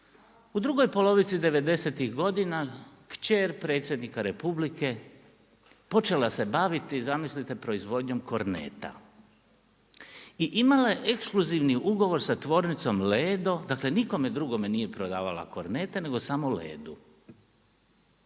U drugoj polovici 90'-tih godina, kćer predsjednika Republike, počela se baviti, zamisliti proizvodnjom korneta. I imala je ekskluzivni ugovor sa tvornicom Ledo, dakle, nikome drugome nije prodavala kornete, nego samo Ledu.